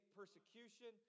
persecution